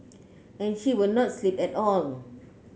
and she would not sleep at on